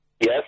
Yes